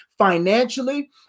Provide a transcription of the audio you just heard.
Financially